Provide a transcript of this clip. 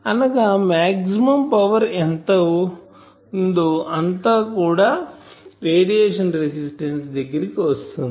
అనగా maximum power ఎంత ఉందో అంతా కూడా రేడియేషన్ రెసిస్టెన్సు దగ్గరకి వస్తుంది